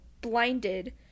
blinded